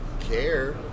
care